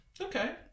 Okay